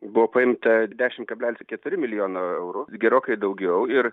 buvo paimta dešim kablelis keturi milijono eurų gerokai daugiau ir